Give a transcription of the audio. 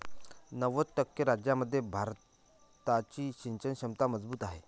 नव्वद टक्के राज्यांमध्ये भारताची सिंचन क्षमता मजबूत आहे